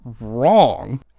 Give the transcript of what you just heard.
wrong